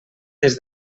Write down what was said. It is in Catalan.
des